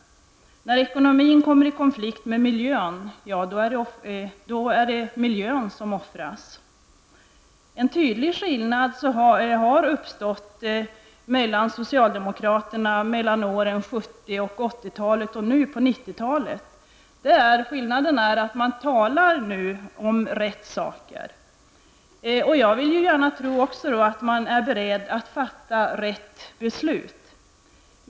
När ekonomin kommer i konflikt med miljön, offras miljön.'' En tydlig skillnad mellan socialdemokraterna på 1970 och 1980-talen och på 1990-talet är att man nu talar om rätt saker. Jag vill gärna tro att man också är beredd att fatta det rätta besluten.